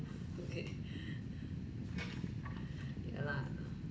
okay yeah lah